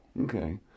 okay